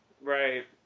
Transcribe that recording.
right